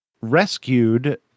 rescued